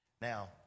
Now